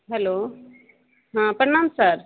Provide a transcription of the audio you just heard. hello हँ प्रणाम sir